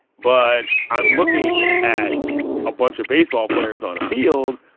but i'm looking at a bunch of baseball players on a field.